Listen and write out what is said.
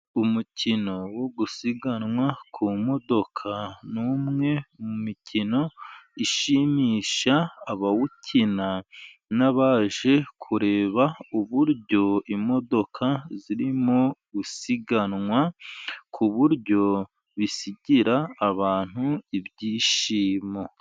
Umukino wo gusiganwa ku modoka, ni umwe mu mikino ishimisha abawukina, n'abaje kureba uburyo imodoka zirimo gusiganwa, ku buryo bisigira abantu ibyishimo.